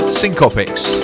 syncopics